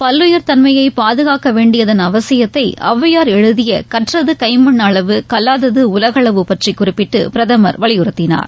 பல்லுயிர்த் தன்மையை பாதுகாக்க வேண்டியதன் அவசியத்தை ஒளவையார் எழுதிய கற்றது கைமண் அளவு கல்லாதது உலகளவு பற்றி குறிப்பிட்டு பிரதமர் வலியுறுத்தினார்